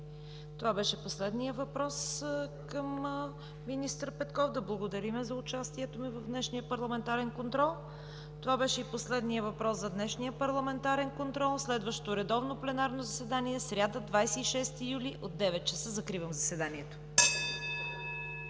Това беше последният въпрос към министър Петков. Да му благодарим за участието в днешния парламентарен контрол. Това беше и последният въпрос за днешния парламентарен контрол. Следващото редовно пленарно заседание е в сряда, 26 юли 2017 г. от 9,00 ч. Закривам заседанието.